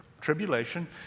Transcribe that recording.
tribulation